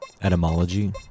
Etymology